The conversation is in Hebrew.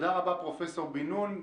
תודה רבה, פרופ' בן נון.